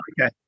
okay